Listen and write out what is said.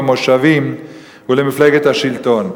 במושבים ובמפלגת השלטון.